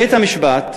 בית-המשפט,